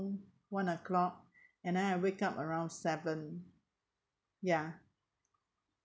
one O clock and then I wake up around seven ya